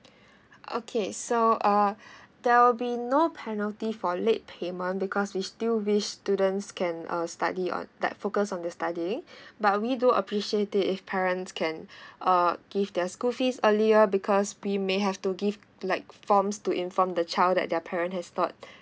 okay so uh there will be no penalty for late payment because we still wish students can uh study on like focus on the studying but we do appreciate it if parents can uh give their school fees earlier because we may have to give like forms to inform the child that their parent has not